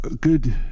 good